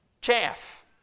chaff